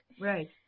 right